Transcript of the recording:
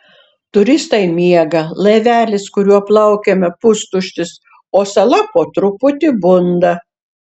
turistai miega laivelis kuriuo plaukėme pustuštis o sala po truputį bunda